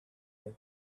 air